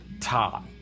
top